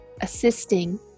assisting